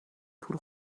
پول